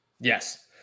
Yes